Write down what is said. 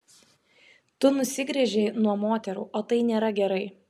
tu nusigręžei nuo moterų o tai nėra gerai